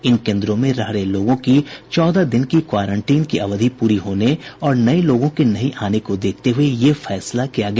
इन कोन्द्रों में रह रहे लोगों की चौदह दिन की क्वारेंटीन की अवधि पूरी होने और नये लोगों के नहीं आने को देखते हुए यह फैसला किया गया